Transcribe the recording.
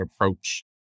approach